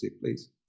please